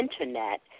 internet